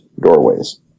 doorways